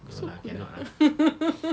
so cool eh